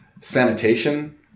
sanitation